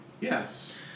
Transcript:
Yes